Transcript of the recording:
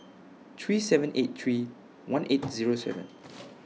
three seven eight three one eight Zero seven